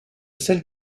celle